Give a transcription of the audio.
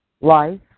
life